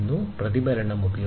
പ്രതിഫലനം ഉപയോഗിക്കുന്നു